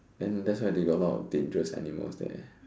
then that's why they got a lot of dangerous animals there